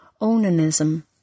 onanism